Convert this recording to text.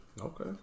Okay